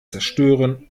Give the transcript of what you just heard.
zerstören